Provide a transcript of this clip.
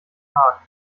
haag